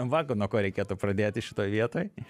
va nuo ko reikėtų pradėti šitoj vietoj